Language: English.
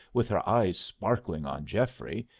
with her eyes sparkling on geoffrey,